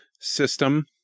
system